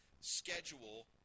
schedule